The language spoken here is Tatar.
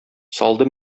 салды